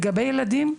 לגבי ילדים,